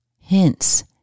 Hence